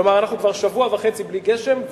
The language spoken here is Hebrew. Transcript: כלומר אנחנו כבר שבוע וחצי בלי גשם,